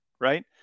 right